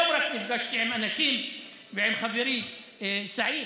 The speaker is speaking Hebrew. רק היום נפגשתי עם חברי סעיד